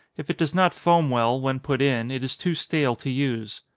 if it does not foam well, when put in, it is too stale to use.